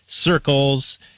circles